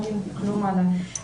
הם לא יודעים כלום על הפלסטינים.